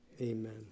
Amen